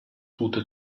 gute